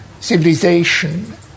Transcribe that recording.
civilization